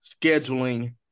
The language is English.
scheduling